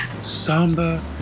Samba